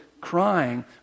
crying